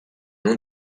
non